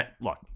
Look